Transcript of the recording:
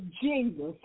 Jesus